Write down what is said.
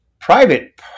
private